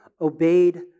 obeyed